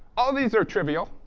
all these are trivial.